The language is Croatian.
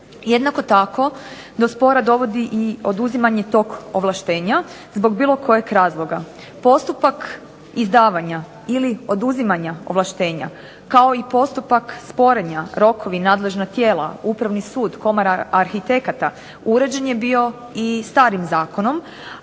Jednako tako do spora dovodi i oduzimanje tog ovlaštenje zbog bilo kojeg razloga. Postupak izdavanja ili oduzimanja ovlaštenja kao i postupak sporenja, rokovi, nadležna tijela, Upravni sud, Komora arhitekata uređen je bio i starim zakonom,